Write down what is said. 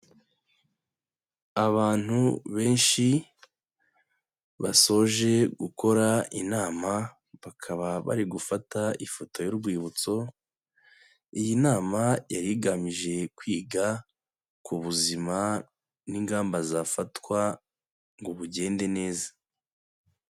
Abantu benshi basoje gukora inama bakaba bari gufata ifoto y'urwibutso. Iyi nama yari igamije kwiga ku buzima n'ingamba zafatwa ngo bugende neza.